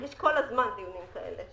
יש כל הזמן דיונים כאלה.